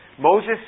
Moses